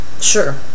Sure